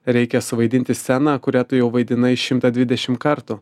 reikia suvaidinti sceną kurią tu jau vaidinai šimtą dvidešimt kartų